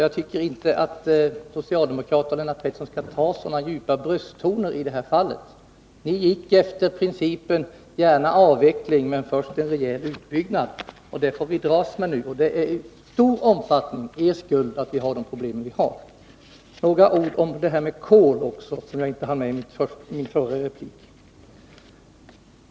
Jag tycker alltså inte att socialdemokraterna och Lennart Pettersson skall använda så djupa brösttoner i det här fallet. Ni gick efter principen ”Gärna avveckling, men först en rejäl utbyggnad”, och det får vi dras med nu. Det är i stor utsträckning er skuld att vi har de problem som vi nu har. Så några ord om kolet, som jag inte hann med i den förra repliken.